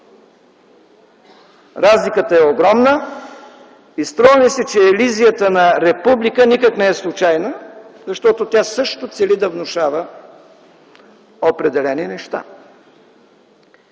Разликата е огромна, и струва ми се, че елизията на република никак не е случайна, защото тя също цели да внушава определени неща.